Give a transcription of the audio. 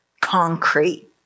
concrete